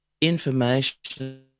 information